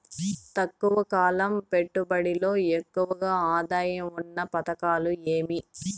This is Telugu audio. తక్కువ కాలం పెట్టుబడిలో ఎక్కువగా ఆదాయం ఉన్న పథకాలు ఏమి?